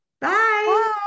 bye